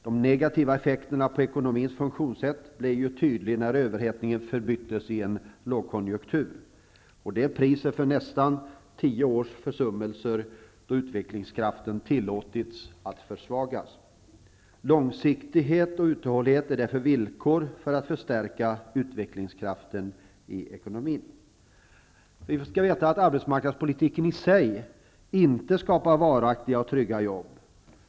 De negativa effekterna på ekonomins funktionssätt blev tydliga när överhettningen förbyttes i en lågkonjunktur. Det är priset för nästan tio års försummelser då utvecklingskraften tilläts att försvagas. Långsiktighet och uthållighet är därför villkor för att förstärka utvecklingskraften i ekonomin. Arbetsmarknadspolitiken i sig skapar inte varaktiga och trygga arbeten.